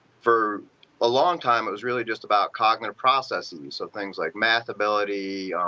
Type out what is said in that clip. for a long time it was really just about cognitive processing. so things like math ability,